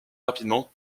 rapidement